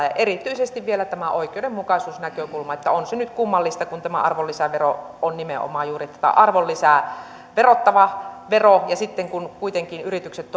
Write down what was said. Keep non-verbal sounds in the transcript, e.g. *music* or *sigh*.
*unintelligible* ja tässä on erityisesti vielä tämä oikeudenmukaisuusnäkökulma on tämä nyt kummallista että kun tämä arvonlisävero on nimenomaan juuri tätä arvonlisää verottava vero ja sitten kuitenkin yritykset *unintelligible*